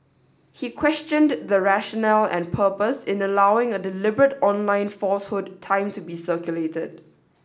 he questioned the rationale and purpose in allowing a deliberate online falsehood time to be circulated